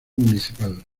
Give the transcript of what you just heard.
municipal